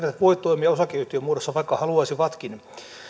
voi toimia osakeyhtiömuodossa vaikka haluaisivatkin